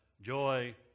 joy